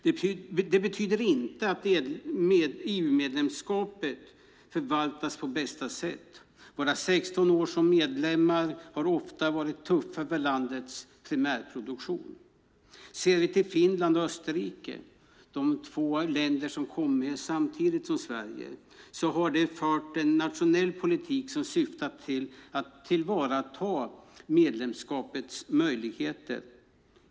Det betyder dock inte att EU-medlemskapet förvaltats på bästa sätt. Våra 16 år som medlem har ofta varit tuffa för landets primärproduktion. Ser vi till Finland och Österrike, de två länder som kom med samtidigt som Sverige, så har de fört en nationell politik som syftat till att tillvarata medlemskapets möjligheter.